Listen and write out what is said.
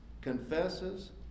confesses